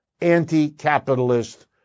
anti-capitalist